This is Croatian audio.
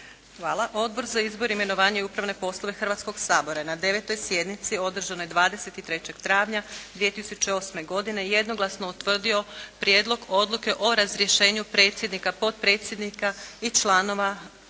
Odbor za izbor, imenovanje i upravne poslove Hrvatskoga sabora je na 9. sjednici održanoj 23. travnja 2008. godine jednoglasno utvrdio Prijedlog odluke o razrješenju predsjednika, potpredsjednika i članova Odbora